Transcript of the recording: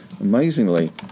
amazingly